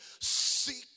Seek